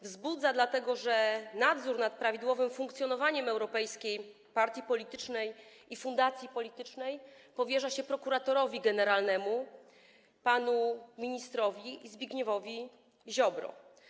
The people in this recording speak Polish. Wzbudza, dlatego że nadzór nad prawidłowym funkcjonowaniem europejskiej partii politycznej i europejskiej fundacji politycznej powierza się prokuratorowi generalnemu panu ministrowi Zbigniewowi Ziobrze.